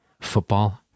Football